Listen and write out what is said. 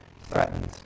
threatened